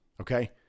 Okay